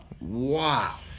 Wow